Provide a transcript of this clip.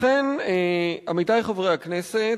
לכן, עמיתי חברי הכנסת,